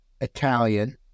Italian